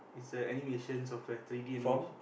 is a animation software three-d animation